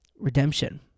redemption